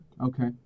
Okay